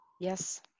Yes